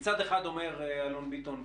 מצד אחד אומר אלון ביטון,